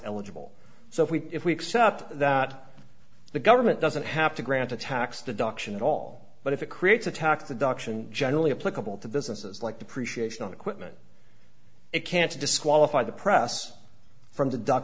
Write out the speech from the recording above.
eligible so if we if we accept that the government doesn't have to grant a tax deduction at all but if it creates a tax deduction generally applicable to businesses like the prescience on equipment it can to disqualify the press from the duc